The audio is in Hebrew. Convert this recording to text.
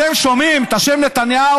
אתם שומעים את השם נתניהו,